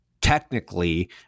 technically